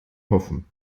hoffen